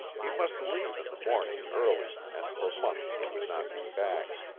he must leave in the morning early and for months he would not be back.